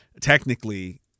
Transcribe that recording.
technically